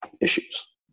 issues